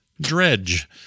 Dredge